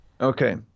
okay